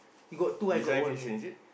design fishing is it